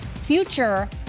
future